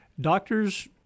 Doctors